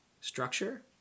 structure